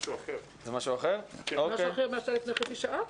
משהו לפני התשלומים.